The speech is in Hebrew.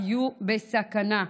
היו בסכנה.